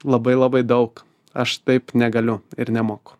labai labai daug aš taip negaliu ir nemoku